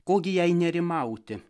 ko gi jai nerimauti